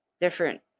different